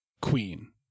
queen